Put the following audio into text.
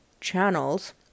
channels